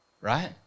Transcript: Right